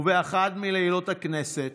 ובאחד מלילות הכנסת,